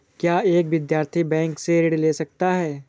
क्या एक विद्यार्थी बैंक से ऋण ले सकता है?